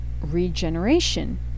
regeneration